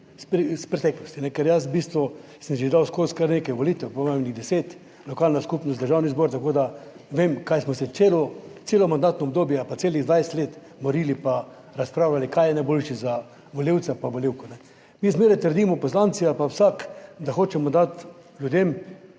iz preteklosti, ker jaz v bistvu sem že dal skozi kar nekaj volitev, / nerazumljivo/ deset, lokalna skupnost, Državni zbor, tako da vem, kaj smo se celo, celo mandatno obdobje ali pa celih 20 let morili pa razpravljali, kaj je najboljše za volivce pa volivke. Mi zmeraj trdimo poslanci ali pa vsak, da hočemo dati ljudem,